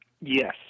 yes